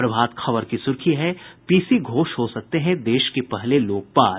प्रभात खबर की सुर्खी है पीसी घोष हो सकते है देश के पहले लोकपाल